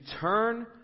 turn